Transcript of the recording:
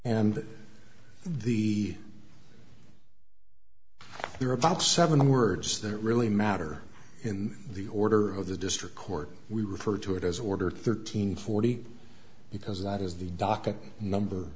and the there are about seven words that really matter in the order of the district court we refer to it as order thirteen forty because that is the docket number